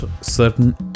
certain